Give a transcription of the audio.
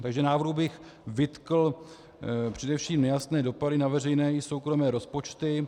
Takže návrhu bych vytkl především nejasné dopady na veřejné i soukromé rozpočty.